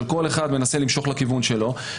כל אחד מנסה למשוך לכיוון שלו,